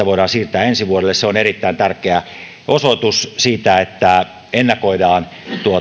sitä voidaan siirtää ensi vuodelle se on erittäin tärkeä osoitus siitä että ennakoidaan